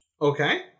okay